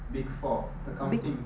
big four accounting